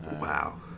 Wow